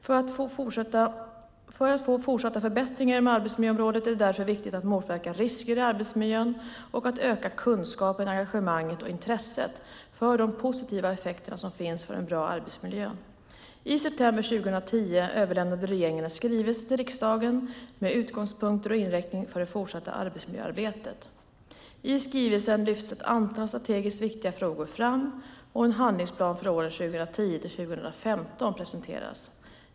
För att få fortsatta förbättringar inom arbetsmiljöområdet är det därför viktigt att motverka risker i arbetsmiljön och att öka kunskapen, engagemanget och intresset för de positiva effekterna av en bra arbetsmiljö. I september 2010 överlämnade regeringen en skrivelse till riksdagen med utgångspunkter och inriktning för det fortsatta arbetsmiljöarbetet. I skrivelsen lyfts ett antal strategiskt viktiga frågor fram och en handlingsplan för åren 2010-2015 presenteras.